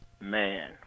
man